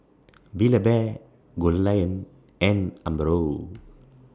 Build A Bear Goldlion and Umbro